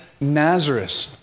Nazareth